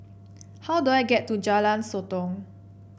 how do I get to Jalan Sotong